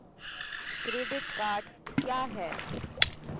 Credit card क्या है?